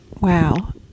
wow